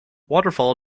waterfall